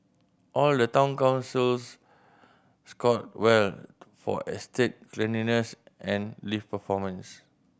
all the town councils scored well for estate cleanliness and lift performance